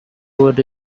wood